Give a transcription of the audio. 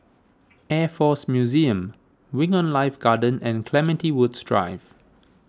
Air force Museum Wing on Life Garden and Clementi Woods Drive